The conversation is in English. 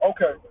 Okay